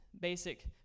basic